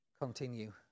continue